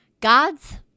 God's